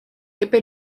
epe